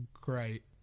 great